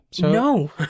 No